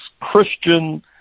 Christian